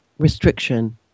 Restriction